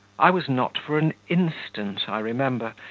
i was not for an instant, i remember,